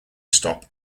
stop